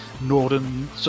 Northern